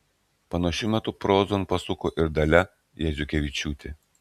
panašiu metu prozon pasuko ir dalia jazukevičiūtė